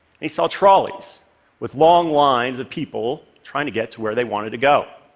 he saw trolleys with long lines of people trying to get to where they wanted to go.